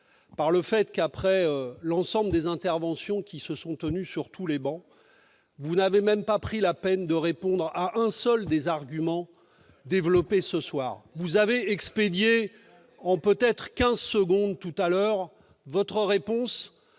par le fait que, après l'ensemble des interventions qui se sont tenues sur toutes les travées, vous n'ayez même pas pris la peine de répondre à un seul des arguments développés. Vous avez expédié, en peut-être quinze secondes, votre réponse